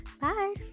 Bye